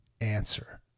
answer